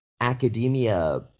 academia